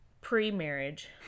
pre-marriage